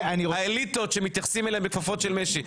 האליטות שמתייחסים אליהם בכפפות של משי.